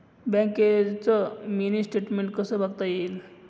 बँकेचं mini statement कसं बघता येईल?